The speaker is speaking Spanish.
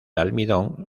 almidón